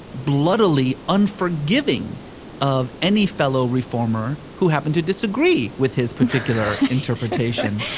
bloodily unforgiving of any fellow reformer who happened to disagree with his particular interpretation